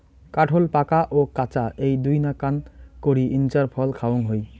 কাঠোল পাকা ও কাঁচা এ্যাই দুইনাকান করি ইঞার ফল খাওয়াং হই